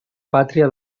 pàtria